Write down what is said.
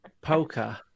poker